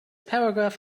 paragraph